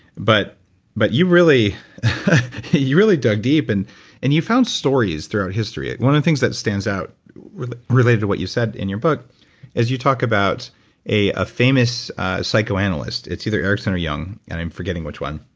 but but you really you really dug deep and and you found stories throughout history. one of the things that stands out related to what you said in your book is you talk about a ah famous psychoanalyst. it's either erickson or jung and i'm forgetting which one,